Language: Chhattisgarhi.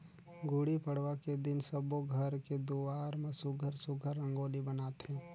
गुड़ी पड़वा के दिन सब्बो घर के दुवार म सुग्घर सुघ्घर रंगोली बनाथे